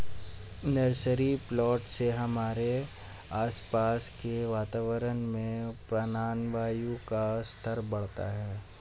nursery plant से हमारे आसपास के वातावरण में प्राणवायु का स्तर बढ़ता है